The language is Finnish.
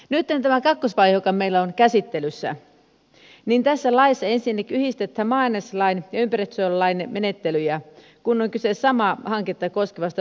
nytten tässä kakkosvaiheessa joka meillä on käsittelyssä tässä laissa ensinnäkin yhdistetään maa aineslain ja ympäristönsuojelulain menettelyjä kun on kyse samaa hanketta koskevasta lupamenettelystä